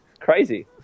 crazy